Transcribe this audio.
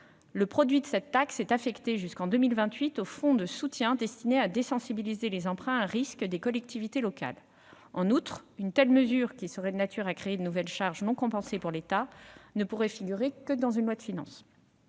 le produit de cette taxe est en effet affecté au fonds de soutien destiné à désensibiliser les emprunts à risque des collectivités locales. Par ailleurs, une telle mesure, qui serait de nature à créer de nouvelles charges non compensées pour l'État, ne pourrait figurer que dans une loi de finances.